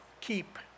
keep